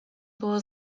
było